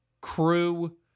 Crew